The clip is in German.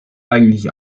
eigentlich